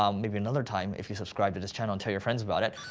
um maybe another time, if you subscribe to this channel and tell your friends about it,